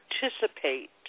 participate